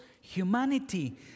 humanity